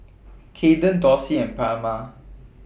Kayden Dorsey and Palma